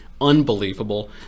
unbelievable